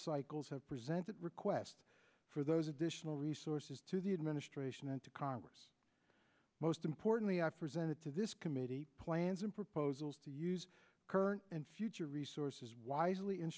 cycles have presented requests for those additional resources to the administration and to congress most importantly i've presented to this committee plans and proposals to use current and future resources wisely